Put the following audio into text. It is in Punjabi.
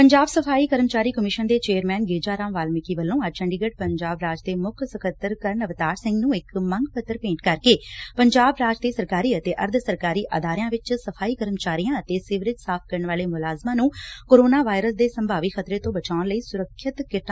ਪੰਜਾਬ ਸਫ਼ਾਈ ਕਰਮਚਾਰੀ ਕਮਿਸ਼ਨ ਦੇ ਚੇਅਰਮੈਨ ਗੇਜਾ ਰਾਮ ਵਾਲਮੀਕੀ ਵੱਲੋਂ ਅੱਜ ਚੰਡੀਗਤ੍ਬ ਪੰਜਾਬ ਰਾਜ ਦੇ ਮੁੱਖ ਸਕੱਤਰ ਕਰਨ ਅਵਤਾਰ ਸਿੰਘ ਨੂੰ ਇਕ ਮੰਗ ਪੱਤਰ ਭੇਂਟ ਕਰਕੇ ਪੰਜਾਬ ਰਾਜ ਦੇ ਸਰਕਾਰੀ ਅਤੇ ਅਰਧ ਸਰਕਾਰੀ ਅਦਾਰਿਆਂ ਵਿਚ ਸਫ਼ਾਈ ਕਰਮਚਾਰੀਆਂ ਅਤੇ ਸੀਵਰੇਜ ਸਾਫ਼ ਕਰਨ ਵਾਲੇ ਮੁਲਾਜ਼ਮਾਂ ਨੂੰ ਕੋਰੋਨਾ ਵਾਇਰਸ ਦੇ ਸੰਭਾਵੀ ਖ਼ਤਰੇ ਤੋਂ ਬਚਾਉਣ ਲਈ ਸੁਰੱਖਿਅਤ ਕਿੱਟਾ ਪ੍ਰਦਾਨ ਕਰਨ ਦੀ ਮੰਗ ਕੀਤੀ ਐ